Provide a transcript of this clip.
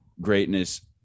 greatness